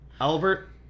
Albert